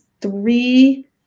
three